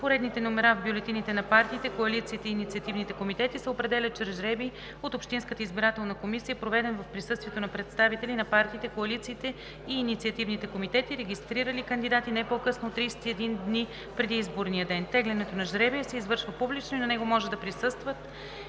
Поредните номера в бюлетините на партиите, коалициите и инициативните комитети се определят чрез жребий от общинската избирателна комисия, проведен в присъствието на представители на партиите, коалициите и инициативните комитети, регистрирали кандидати, не по-късно от 31 дни преди изборния ден. Тегленето на жребия се извършва публично и на него може да присъстват